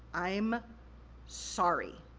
i'm sorry.